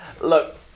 Look